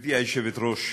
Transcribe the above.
גברתי היושבת-ראש,